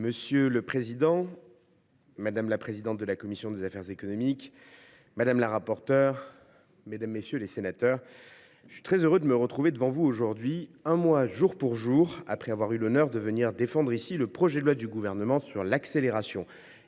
Monsieur le président, madame la présidente de la commission des affaires économiques, madame la rapporteure, mesdames, messieurs les sénateurs, je suis très heureux de me retrouver devant vous aujourd’hui, un mois jour pour jour après avoir eu l’honneur de défendre ici le projet de loi relatif à l’accélération